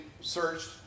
searched